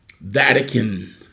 Vatican